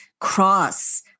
cross